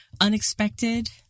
unexpected